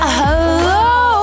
hello